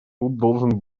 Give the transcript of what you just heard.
должен